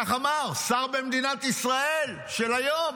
כך אמר שר במדינת ישראל של היום.